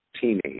teenage